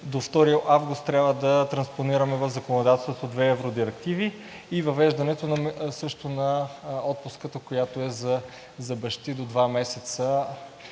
до 2 август трябва да транспонираме в законодателството две евродирективи и въвеждането също на отпуската за бащи от 2 месеца